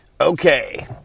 Okay